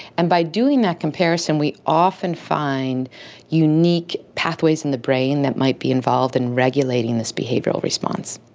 and by doing that comparison we often find unique pathways in the brain that might be involved in regulating this behavioural response.